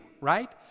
right